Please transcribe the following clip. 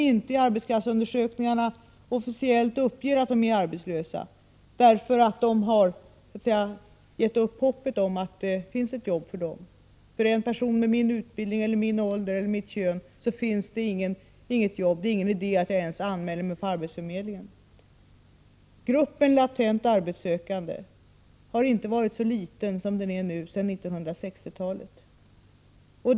I arbetskraftsundersökningarna uppger de officiellt inte att de är arbetslösa, därför att de har gett upp hoppet om att det finns jobb för dem och säger: För en person i min ålder, av mitt kön och med min utbildning finns det inte jobb, så det är ingen idé att jag ens anmäler mig på arbetsförmedlingen. Gruppen latent arbetssökande har inte sedan 1960-talet varit så liten som den är nu.